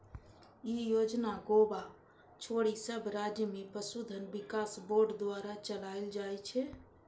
ई योजना गोवा छोड़ि सब राज्य मे पशुधन विकास बोर्ड द्वारा चलाएल जाइ छै